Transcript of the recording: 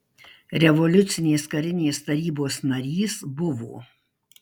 revoliucinės karinės tarybos narys buvo